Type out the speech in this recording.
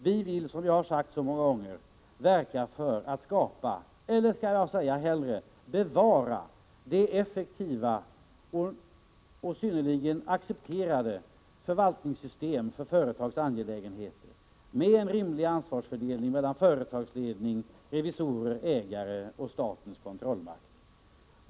Vi vill, som jag många gånger sagt, verka för att skapa, eller skall jag hellre säga bevara, det effektiva och synnerligen accepterade förvaltningssystemet för företagsangelägenheter, med en rimlig ansvarsfördelning mellan företagsledning, revisorer, ägare och statens kontrollmakt.